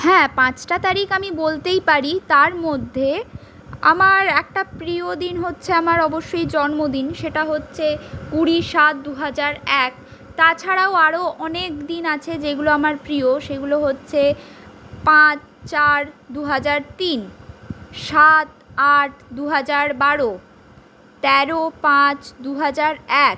হ্যাঁ পাঁচটা তারিখ আমি বলতেই পারি তার মধ্যে আমার একটা প্রিয় দিন হচ্ছে আমার অবশ্যই জন্মদিন সেটা হচ্ছে কুড়ি সাত দু হাজার এক তাছাড়াও আরো অনেক দিন আছে যেগুলো আমার প্রিয় সেগুলো হচ্ছে পাঁচ চার দু হাজার তিন সাত আট দু হাজার বারো তেরো পাঁচ দু হাজার এক